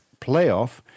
playoff